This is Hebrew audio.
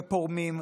ופורמים,